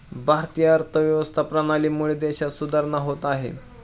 भारतीय अर्थव्यवस्था प्रणालीमुळे देशात सुधारणा होत आहे